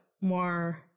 more